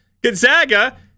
Gonzaga